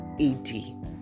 AD